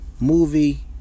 movie